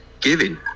giving